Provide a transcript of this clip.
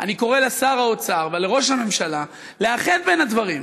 אני קורא לשר האוצר ולראש הממשלה לאחד את הדברים.